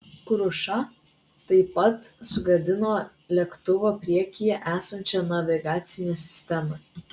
kruša taip pat sugadino lėktuvo priekyje esančią navigacinę sistemą